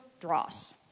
dross